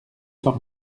cent